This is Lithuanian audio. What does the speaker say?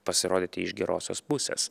pasirodyti iš gerosios pusės